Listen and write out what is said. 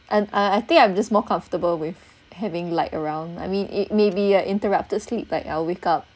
and uh I think I'm just more comfortable with having light around I mean it maybe a interrupted sleep but I'll wake up